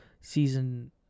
season